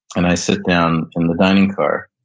and i sit down in the dining car.